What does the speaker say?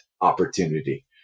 opportunity